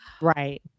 right